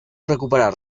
recuperar